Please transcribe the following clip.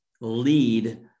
lead